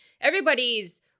everybody's